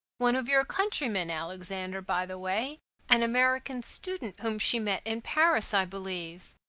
one of your countrymen, alexander, by the way an american student whom she met in paris, i believe.